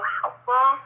helpful